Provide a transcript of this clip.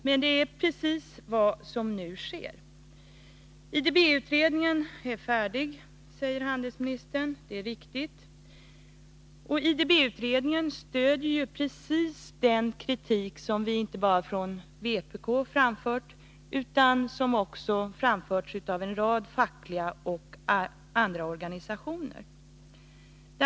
Men det är precis vad som nu sker. IDB-utredningen är färdig, säger handelsministern — det är riktigt. IDB-utredningen stöder ju just den kritik som framförts inte bara från vpk utan också från en rad fackliga organisationer och även andra organisationer.